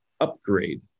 upgrade